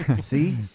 See